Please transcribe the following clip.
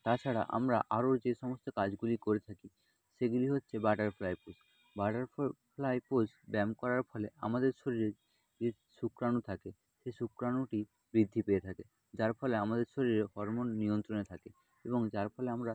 তাছাড়া আমরা আরও যে সমস্ত কাজগুলি করে থাকি সেগুলি হচ্ছে butterfly push butterfly push ব্যায়াম করার ফলে আমাদের শরীরে যে শুক্রাণু থাকে সেই শুক্রাণুটি বৃদ্ধি পেয়ে থাকে যার ফলে আমাদের শরীরের হরমোন নিয়ন্ত্রণে থাকে এবং যার ফলে আমরা